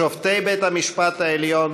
שופטי בית-המשפט העליון,